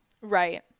right